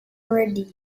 ready